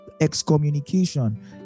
excommunication